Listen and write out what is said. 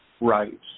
Right